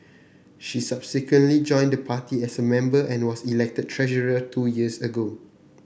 she subsequently joined the party as a member and was elected treasurer two years ago